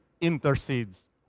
intercedes